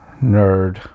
Nerd